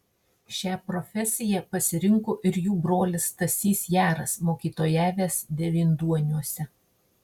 šią profesiją pasirinko ir jų brolis stasys jaras mokytojavęs devynduoniuose